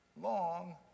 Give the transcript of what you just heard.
long